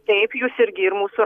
taip jūs irgi ir mūsų